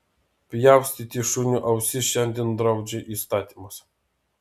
pjaustyti šuniui ausis šiandien draudžia įstatymas